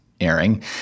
airing